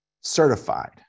certified